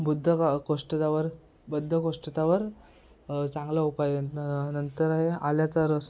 बद्धकोष्ठतावर बद्धकोष्ठतावर चांगला उपाय नंतर आहे आल्याचा रस